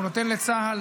הוא נותן לצה"ל